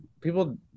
People